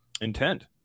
intent